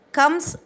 comes